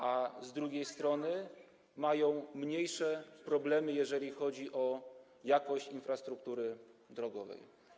a z drugiej strony mają mniejsze problemy, jeżeli chodzi o jakość infrastruktury drogowej?